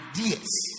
ideas